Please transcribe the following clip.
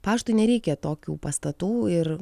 paštui nereikia tokių pastatų ir